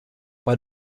bei